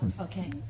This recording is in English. Okay